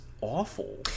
awful